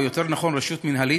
או יותר נכון רשות מינהלית,